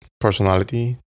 personality